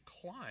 climb